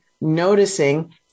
noticing